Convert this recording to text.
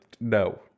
No